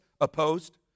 opposed